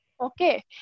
Okay